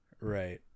Right